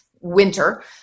winter